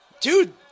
Dude